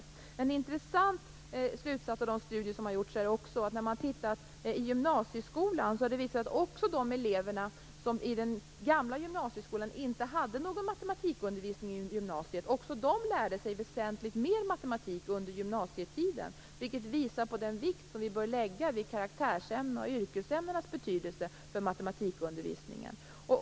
En annan intressant slutsats av de studier som har gjorts är att när man tittar på gymnasieskolan har det visat sig att också de elever som i den gamla gymnasieskolan inte hade någon matematikundervisning lärde sig väsentligt mer matematik under gymnasietiden, vilket visar på den vikt som vi bör lägga vid karaktärsämnenas och yrkesämnenas betydelse för matematikundervisningen.